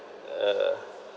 uh